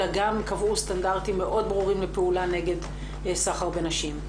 אלא גם קבעו סטנדרטים מאוד ברורים לפעולה נגד סחר בנשים.